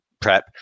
PrEP